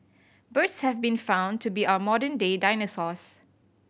birds have been found to be our modern day dinosaurs